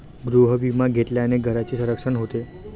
गृहविमा घेतल्याने घराचे संरक्षण होते